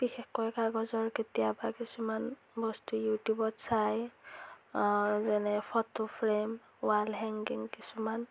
বিশেষকৈ কাগজৰ কেতিয়াবা কিছুমান বস্তু ইউটিউবত চাই যেনে ফটো ফ্ৰেম ৱাল হেংগিং কিছুমান